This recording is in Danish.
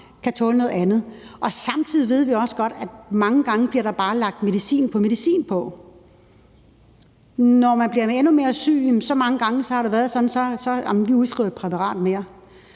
kan tåle noget andet, og samtidig ved vi også godt, at mange gange bliver der lagt medicin på medicin på. Når man bliver endnu mere syg, har det mange gange været sådan, at der er blevet udskrevet et præparat mere